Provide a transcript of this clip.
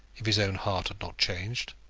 if his own heart had not changed